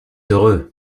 heureux